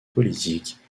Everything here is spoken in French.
politiques